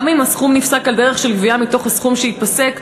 הסכום נפסק על דרך של גבייה מתוך הסכום שייפסק,